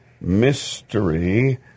mystery